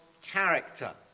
character